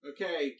Okay